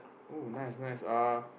oh nice nice uh